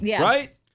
Right